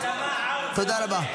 תודה רבה.